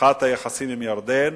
פתיחת היחסים עם ירדן,